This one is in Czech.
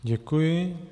Děkuji.